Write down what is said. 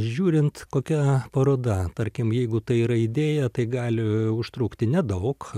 žiūrint kokia paroda tarkim jeigu tai yra idėja tai gali užtrukti nedaug